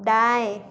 दाएँ